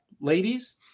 ladies